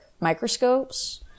microscopes